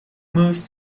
moves